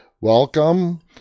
Welcome